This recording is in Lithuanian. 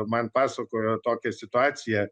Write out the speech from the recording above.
man pasakojo tokią situaciją